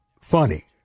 funny